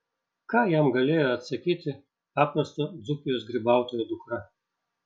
ką jam galėjo atsakyti paprasto dzūkijos grybautojo dukra